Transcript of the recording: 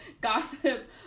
gossip